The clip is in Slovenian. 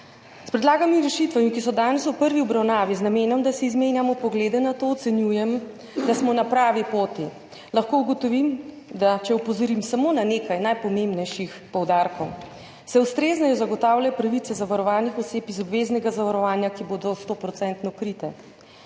S predlaganimi rešitvami, ki so danes v prvi obravnavi z namenom, da si izmenjamo poglede na to, ocenjujem, da smo na pravi poti. Lahko ugotovim, če opozorim samo na nekaj najpomembnejših poudarkov, da se ustrezneje zagotavlja pravice zavarovanih oseb iz obveznega zavarovanja, ki bodo 100-procentno